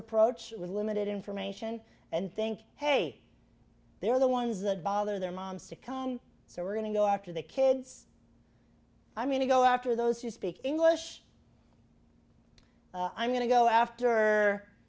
approach with limited information and think hey they're the ones that bother their moms to come so we're going to go after the kids i mean to go after those who speak english i'm going to go after